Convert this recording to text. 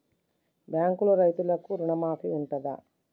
బ్యాంకులో రైతులకు రుణమాఫీ ఉంటదా?